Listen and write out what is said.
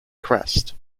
crest